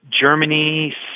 Germany